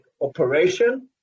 operation